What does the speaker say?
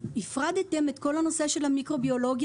הפרדתם את כל הנושא של המיקרוביולוגיה,